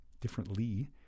differently